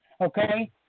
Okay